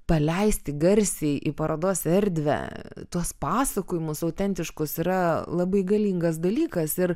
paleisti garsiai į parodos erdvę tuos pasakojimus autentiškus yra labai galingas dalykas ir